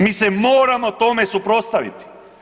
Mi se moramo tome suprotstaviti.